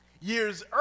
Years